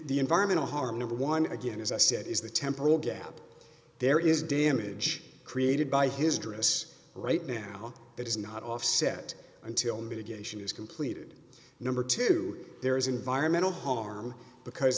the environmental harm number one again as i said is the temporal gap there is damage created by his dress right now that is not offset until mitigation is completed number two there is environmental harm because